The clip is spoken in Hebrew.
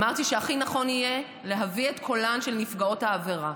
אמרתי שהכי נכון יהיה להביא את קולן של נפגעות העבירה,